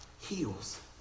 heals